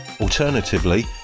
alternatively